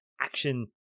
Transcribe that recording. action